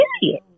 Period